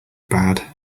bad